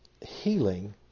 healing